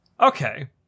Okay